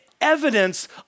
evidence